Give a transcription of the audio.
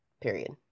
Period